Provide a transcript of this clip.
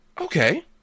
Okay